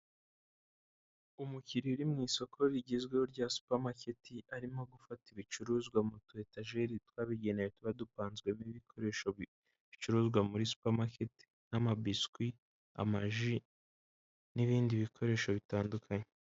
Umukiliya uri mu isoko rigezweho rya supermarket, arimo gufata ibicuruzwa mu tu etajeri twabigenewe tuba dupanzwemo ibikoresho bicuruzwa muri supermarketi, nk'amabiswi, amaji n'ibindi bikoresho bitandukanye.